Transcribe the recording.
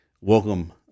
Welcome